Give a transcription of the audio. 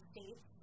States